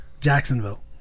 Jacksonville